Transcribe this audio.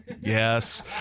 yes